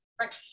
Right